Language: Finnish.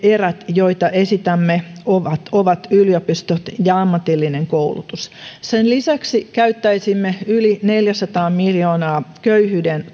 joita esitämme ovat ovat yliopistot ja ammatillinen koulutus sen lisäksi käyttäisimme yli neljäsataa miljoonaa köyhyyden